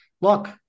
look